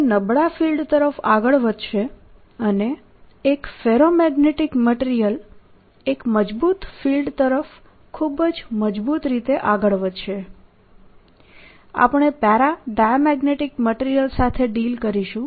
તે નબળા ફિલ્ડ તરફ આગળ વધશે અને એક ફેરોમેગ્નેટીક મટીરીયલ એક મજબૂત ફિલ્ડ તરફ ખૂબ જ મજબૂત રીતે આગળ વધશે આપણે પેરાડાયામેગ્નેટીક મટીરીયલ સાથે ડીલ કરીશું